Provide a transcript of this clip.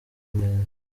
neza